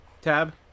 tab